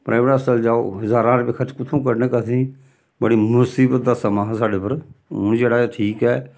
private हस्पताल जाओ ज्हारां रपेऽ खर्च कुत्थुआं करने असेंगी बड़ी मसीबत दा समां हा साढ़े उप्पर हून जेह्ड़ा ऐ ठीक ऐ